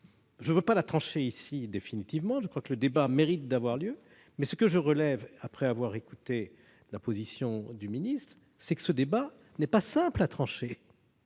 Je ne veux pas y répondre définitivement maintenant, car je crois que le débat mérite d'avoir lieu, mais ce que je relève après avoir écouté le ministre, c'est que ce débat n'est pas simple à trancher.